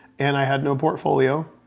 and i had no portfolio,